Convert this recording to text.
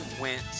went